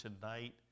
tonight